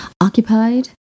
occupied